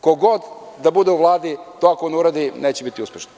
Ko god da bude u Vladi to ako ne uradi neće biti uspešan.